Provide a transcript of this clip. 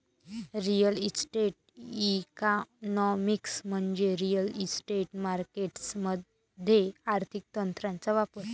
real estate economics म्हणजे real estate markets मध्ये आर्थिक तंत्रांचा वापर